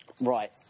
Right